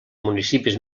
municipis